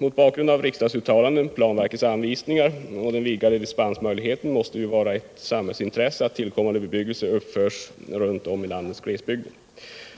Mot bakgrund av riksdagsuttalanden, planverkets anvisningar och den vidgade dispensmöjligheten måste det ju vara ett samhällsintresse att tillkommande bebyggelse uppförs runt om i landets glesbygder.